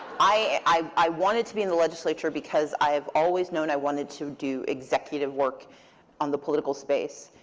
i wanted to be in the legislature, because i have always known i wanted to do executive work on the political space.